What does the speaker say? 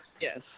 Yes